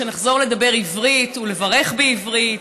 שנחזור לדבר עברית ולברך בעברית,